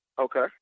Okay